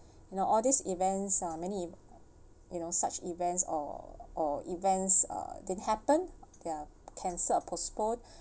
you know all these events are many you know such events or or events uh didn't happen ya cancel or postpone